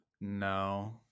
No